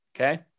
Okay